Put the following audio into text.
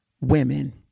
women